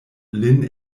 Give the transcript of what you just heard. lin